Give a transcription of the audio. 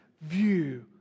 View